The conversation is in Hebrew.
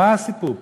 מה הסיפור פה?